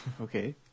Okay